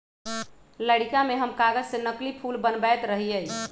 लइरका में हम कागज से नकली फूल बनबैत रहियइ